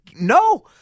No